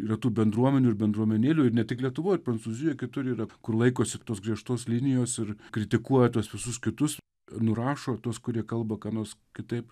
yra tų bendruomenių ir bendruomenėlių ir ne tik lietuvoj ir prancūzijoj kitur yra kur laikosi griežtos linijos ir kritikuoja tuos visus kitus nurašo tuos kurie kalba ką nors kitaip